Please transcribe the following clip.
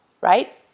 right